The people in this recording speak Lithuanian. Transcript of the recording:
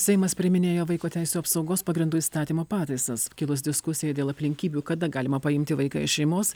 seimas priiminėja vaiko teisių apsaugos pagrindų įstatymo pataisas kilus diskusijai dėl aplinkybių kada galima paimti vaiką iš šeimos